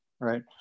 right